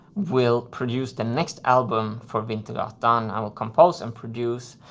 will produce the next album for wintergatan. i will compose and produce.